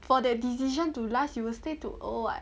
for that decision to last you will stay till old what